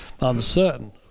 uncertain